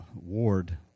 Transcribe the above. ward